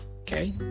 Okay